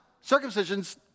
circumcision's